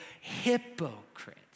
hypocrite